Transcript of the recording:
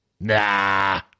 Nah